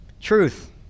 Truth